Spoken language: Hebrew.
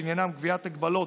שעניינם קביעת הגבלות